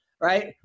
right